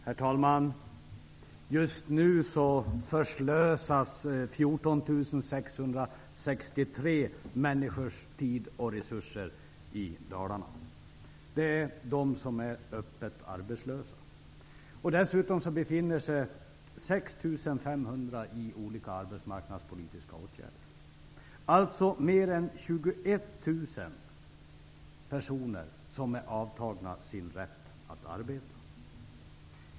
Herr talman! Just nu förslösas 14 663 människors tid och resurser i Dalarna. Det är de öppet arbetslösa. Dessutom befinner sig 6 500 i olika arbetsmarknadspolitiska åtgärder. Det är alltså mer än 21 000 personer som är fråntagna sin rätt att arbeta.